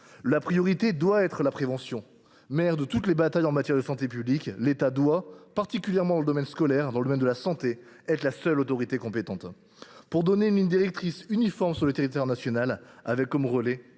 La priorité doit être la prévention, mère de toutes les batailles en matière de santé publique. L’État doit être, particulièrement dans le domaine scolaire et dans le domaine de la santé, la seule autorité compétente pour donner une ligne directrice uniforme sur le territoire national, avec comme relais